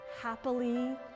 happily